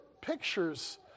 pictures